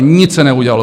Nic se neudělalo!